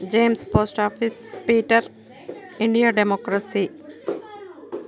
james post office peter India democracy